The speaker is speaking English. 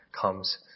comes